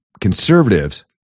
conservatives